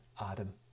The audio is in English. Adam